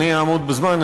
אעמוד בזמן,